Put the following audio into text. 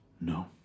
No